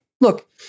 look